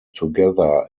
together